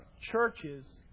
churches